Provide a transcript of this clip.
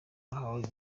ahawe